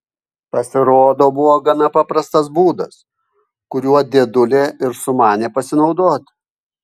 pasirodo buvo gana paprastas būdas kuriuo dėdulė ir sumanė pasinaudoti